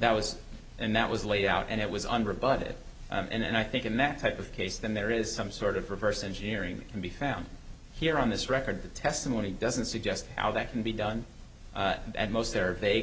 that was and that was laid out and it was under budget and i think in that type of case then there is some sort of reverse engineering that can be found here on this record that testimony doesn't suggest how that can be done and at most ther